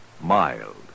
mild